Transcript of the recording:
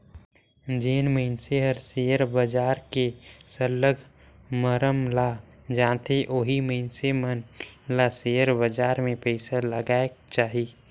जेन मइनसे हर सेयर बजार के सरलग मरम ल जानथे ओही मइनसे मन ल सेयर बजार में पइसा लगाएक चाही